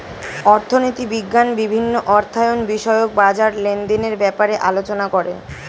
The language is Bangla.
অর্থনীতি বিজ্ঞান বিভিন্ন অর্থায়ন বিষয়ক বাজার লেনদেনের ব্যাপারে আলোচনা করে